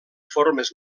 formes